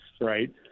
right